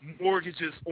mortgages